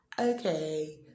okay